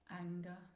anger